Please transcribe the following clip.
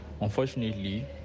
unfortunately